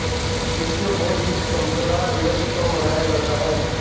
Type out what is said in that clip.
विश्व बौद्धिक संपदा दिवस कब मनाया जाता है?